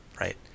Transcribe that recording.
right